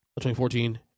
2014